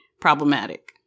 problematic